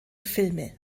filme